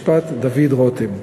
חוק ומשפט דוד רותם.